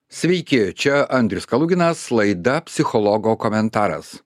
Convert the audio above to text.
sveiki čia andrius kaluginas laida psichologo komentaras